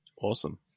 Awesome